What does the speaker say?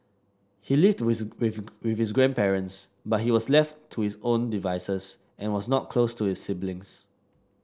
he lived with with with his grandparents but he was left to his own devices and was not close to his siblings